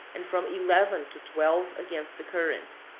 and from eleven to twelve against the current.